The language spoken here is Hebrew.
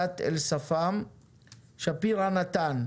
זה האתגר שאיתו אנחנו מתמודדים,